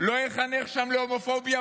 לא יחנך שם להומופוביה.